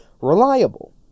reliable